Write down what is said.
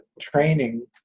training